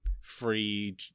free